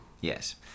Yes